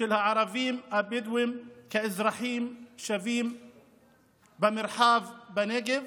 של הערבים הבדואים כאזרחים שווים במרחב הנגב,